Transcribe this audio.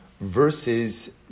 versus